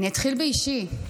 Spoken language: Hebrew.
אני אתחיל במשהו אישי: